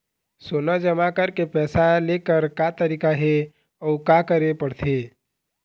सोना जमा करके पैसा लेकर का तरीका हे अउ का करे पड़थे?